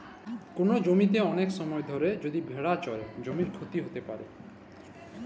call জমিতে ওলেক সময় ধরে যদি ভেড়া চরে জমির ক্ষতি হ্যত প্যারে